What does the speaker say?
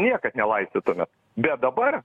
niekad nelaistytume bet dabar